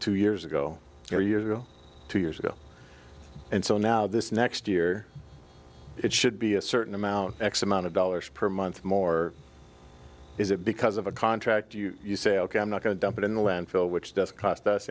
two years ago or years ago two years ago and so now this next year it should be a certain amount x amount of dollars per month more is it because of a contract you you say ok i'm not going to dump it in the landfill which doesn't cost us